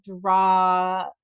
draw